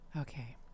Okay